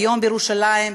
והיום בירושלים,